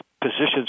positions